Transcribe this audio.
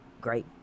great